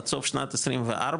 עד סוף שנת 24,